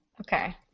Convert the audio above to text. Okay